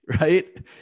right